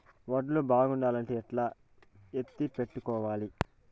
వడ్లు బాగుండాలంటే ఎట్లా ఎత్తిపెట్టుకోవాలి?